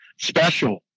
special